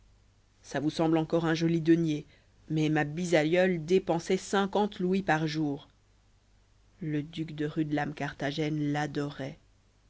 ça vous semble encore un joli denier mais ma bisaïeule dépensait louis par jour le duc de rudelame carthagène l'adorait